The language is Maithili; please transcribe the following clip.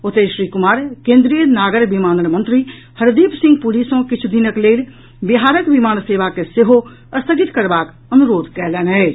ओतहि श्री कुमार केंद्रीय नागर विमानन मंत्री हरदीप सिंह पुरी सँ किछु दिनक लेल बिहारक विमान सेवा के सेहो स्थगित करबाक अनुरोध कयलनि अछि